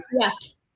Yes